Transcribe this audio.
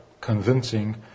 convincing